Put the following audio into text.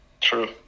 true